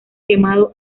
quemado